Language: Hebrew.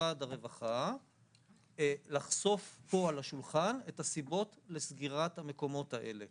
ממשרד הרווחה לחשוף פה על השולחן את הסיבות לסגירת המקומות האלה.